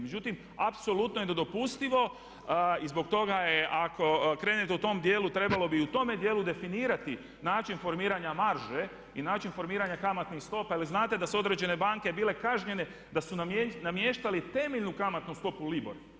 Međutim, apsolutno je nedopustivo i zbog toga je ako krenete u tom dijelu trebalo bi i u tome dijelu definirati način formiranja marže i način formiranja kamatnih stopa jer znate da su određene banke bile kažnjenje, da su namještalu temeljnu kamatnu stopu Libor.